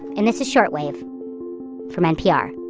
and this is short wave from npr